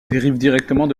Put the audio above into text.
directement